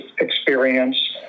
experience